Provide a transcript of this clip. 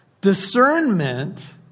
Discernment